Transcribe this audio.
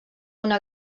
una